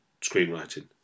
screenwriting